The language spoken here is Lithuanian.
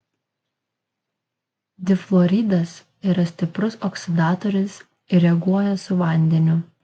difluoridas yra stiprus oksidatorius ir reaguoja su vandeniu